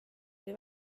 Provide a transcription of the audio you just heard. oli